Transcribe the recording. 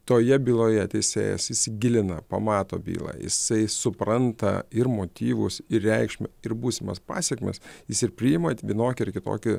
toje byloje teisėjas įsigilina pamato bylą jisai supranta ir motyvus ir reikšmę ir būsimas pasekmes jis ir priima vienokį ar kitokį